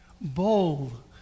bold